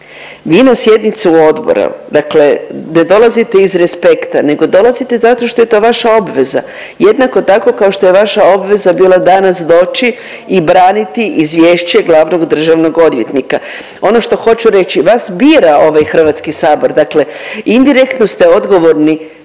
Vi na sjednicu odbora, dakle ne dolazite iz respekta, nego dolazite zato što je to vaša obveza, jednako tako kao što je vaša obveza bila danas doći i braniti izvješće glavnog državnog odvjetnika. Ono što hoću reći vas bira ovaj Hrvatski sabor. Dakle, indirektno ste odgovorni